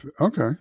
Okay